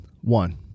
One